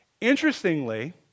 Interestingly